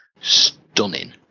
stunning